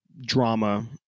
drama